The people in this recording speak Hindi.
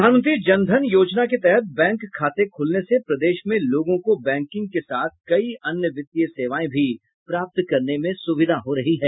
प्रधानमंत्री जन धन योजना के तहत बैंक खाते से प्रदेश में लोगों को बैंकिंग के साथ कई अन्य वित्तीय सेवाएं भी प्राप्त करने में सुविधा हो रही है